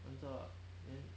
then